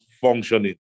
functioning